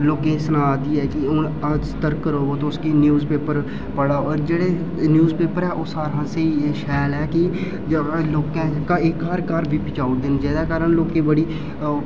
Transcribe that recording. लोकें गी सना दी ऐ हून अज्ज तक्कर तुस ओह् कि न्यूज़ पेपर पढ़ा ऐ जेह्ड़ा न्यूज़ पेपर ऐ ओह् सारां हां स्हेई शैल ऐ कि लोकें जेह्का एह् घर घर पजाई ओड़े दे न जेह्दे कारण लोकें ई बड़ी